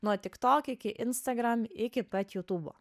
nuo tiktok iki instagram iki pat jutubo